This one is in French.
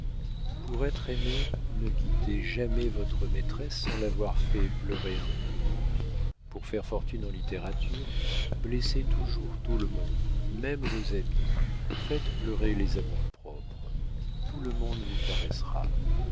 pour être aimé ne quittez jamais votre maîtresse sans l'avoir fait pleurer un peu pour faire fortune en littérature blessez toujours tout le monde même vos amis faites pleurer les amours-propres tout le monde vous caressera